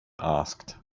asked